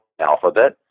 Alphabet